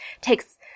takes